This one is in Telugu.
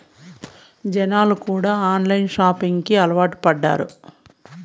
జనాలు కూడా ఆన్లైన్ షాపింగ్ కి అలవాటు పడ్డారు